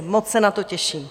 Moc se na to těším.